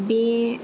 बे